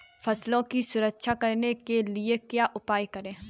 फसलों की सुरक्षा करने के लिए क्या उपाय करें?